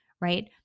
right